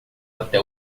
até